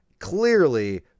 clearly